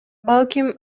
балким